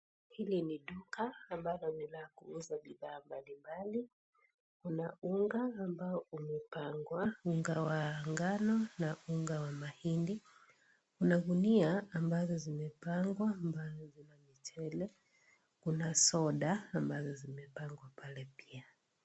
Hili ni duka ambalo ni la kuuza bidhaa mbali mbali. Kuna unga ambao umepangwa ni unga wa ngano na unga wa mahindi. Kuna gunia ambazo zimepangwa ambazo zina michele, kuna soda ambazo zimepangwa pale pia.